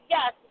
Yes